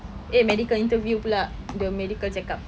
eh medical interview pula the medical check-up